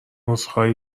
عذرخواهی